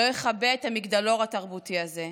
לא יכבה את המגדלור התרבותי הזה,